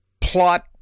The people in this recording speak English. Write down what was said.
plot